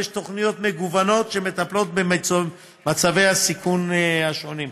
תוכניות מגוונות שמטפלות במצבי הסיכון השונים.